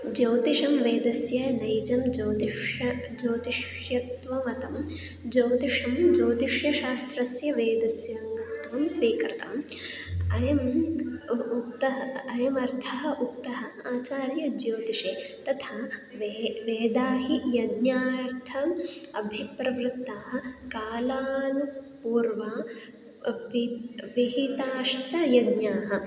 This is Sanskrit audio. ज्यौतिषं वेदस्य नैजं ज्योतिषं ज्योतिषत्वमतं ज्योतिषं ज्योतिषशास्त्रस्य वेदस्याङ्गत्वम् स्वीकृतम् अयम् उ उक्तः अयमर्थः उक्तः आचार्यः ज्योतिषे तथा वे वेदा हि यज्ञार्थम् अभिप्रवृत्तः कालानुपूर्वा अपि पिहिताश्च यज्ञाः